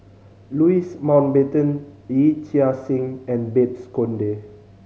Louis Mountbatten Yee Chia Hsing and Babes Conde